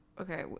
Okay